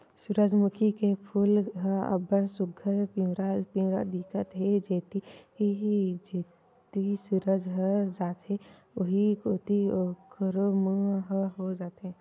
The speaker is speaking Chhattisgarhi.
सूरजमूखी के फूल ह अब्ब्ड़ सुग्घर पिंवरा पिंवरा दिखत हे, जेती जेती सूरज ह जाथे उहीं कोती एखरो मूँह ह हो जाथे